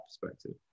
perspective